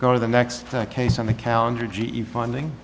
go to the next case on the calendar g e funding